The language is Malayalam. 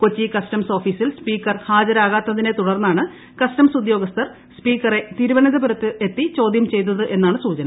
കൊച്ചി കസ്റ്റംസ് ഓഫീസിൽ സ്പീക്കർ ഹാജരാകത്തതിനെ തുടർന്നാണ് കസ്റ്റംസ് ഉദ്യോഗസ്ഥർ സ്പീക്കറെ തിരുവനന്തപുരത്തെത്തി ചോദ്യം ചെയ്തതെന്നാണ് സൂചന